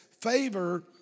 favor